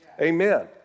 Amen